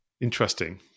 Interesting